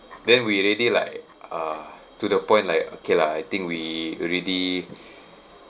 then we already like uh to the point like okay lah I think we already